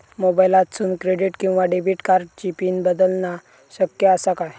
मोबाईलातसून क्रेडिट किवा डेबिट कार्डची पिन बदलना शक्य आसा काय?